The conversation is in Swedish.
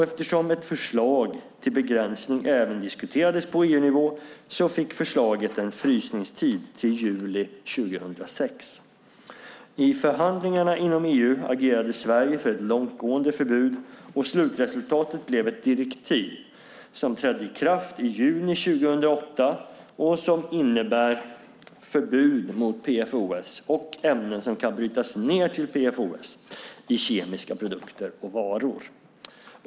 Eftersom ett förslag till begränsning även diskuterades på EU-nivå fick förslaget en frysningstid till juli 2006. I förhandlingarna inom EU agerade Sverige för ett långtgående förbud. Slutresultatet blev ett direktiv som trädde i kraft i juni 2008 och som innebär förbud mot PFOS och ämnen som kan brytas ned till PFOS i kemiska produkter och varor.